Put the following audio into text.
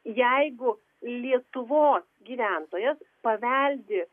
jeigu lietuvos gyventojas paveldi